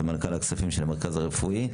סמנכ"ל הכספים של המרכז הרפואי,